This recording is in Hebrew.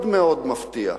מאוד מאוד מפתיע,